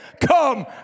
Come